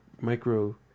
micro